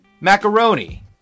macaroni